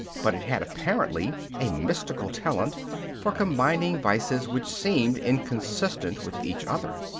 but it had apparently a mystical talent for combining vices which seemed inconsistent with each other.